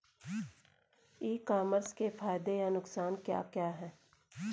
ई commerce के फायदे या नुकसान क्या क्या हैं?